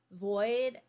void